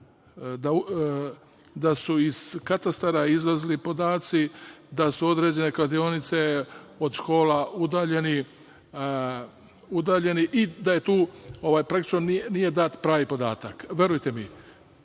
da su iz katastara izlazili podaci da su određene kladionice od škola udaljene i da je tu… praktično nije dat pravi podatak. Verujte mi,